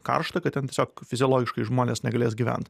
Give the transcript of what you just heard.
karšta kad ten tiesiog fiziologiškai žmonės negalės gyvent